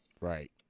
Right